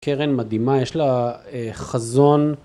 קרן מדהימה, יש לה חזון.